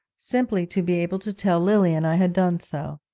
simply to be able to tell lilian i had done so.